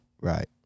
Right